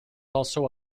also